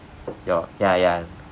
ya ya ya